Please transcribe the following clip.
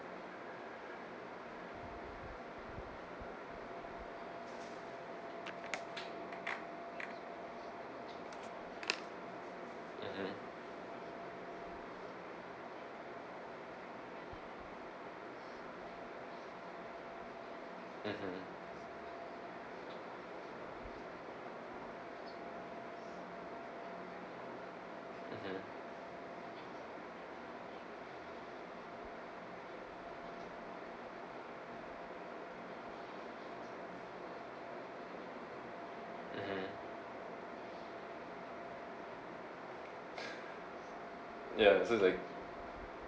mmhmm mmhmm ya it just like